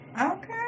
Okay